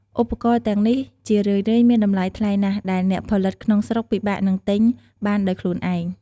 ឧបករណ៍ទាំងនេះជារឿយៗមានតម្លៃថ្លៃណាស់ ដែលអ្នកផលិតក្នុងស្រុកពិបាកនឹងទិញបានដោយខ្លួនឯង។